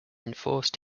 enforced